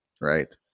right